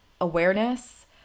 Awareness